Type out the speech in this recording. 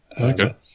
Okay